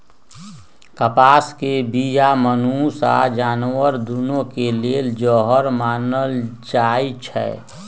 कपास के बीया मनुष्य आऽ जानवर दुन्नों के लेल जहर मानल जाई छै